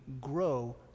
grow